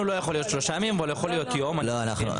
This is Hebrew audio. הוא צודק.